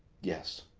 yes.